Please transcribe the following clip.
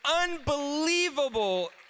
unbelievable